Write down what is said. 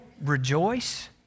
rejoice